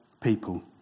people